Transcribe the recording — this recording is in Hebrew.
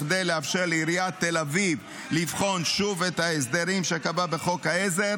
כדי לאפשר לעיריית תל אביב לבחון שוב את ההסדרים שקבעה בחוק העזר